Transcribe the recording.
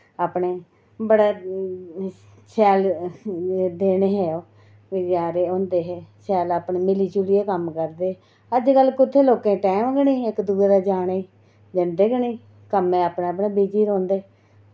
अपने बड़ा शैल दिन हे ओह् नज़ारे होंदे हे ते शैल मिली जुलियै कम्म करदे हे अजकल कुत्थै लोकें कोल टैम गै नेईं इक दूऐ दे जाने गी जंदे गै नेईं कम्में गी अपने अपने बिज़ी रौंह्दे